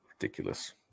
ridiculous